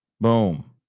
Boom